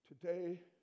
today